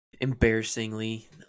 Embarrassingly